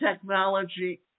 technology